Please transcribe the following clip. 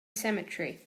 cemetery